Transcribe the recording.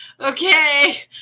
Okay